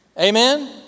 Amen